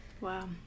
Wow